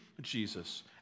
Jesus